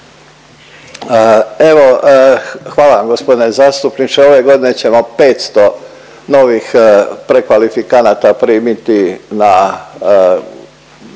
Evo, hvala vam gospodine zastupniče. Ove godine ćemo 500 novih prekvalifikanata primiti na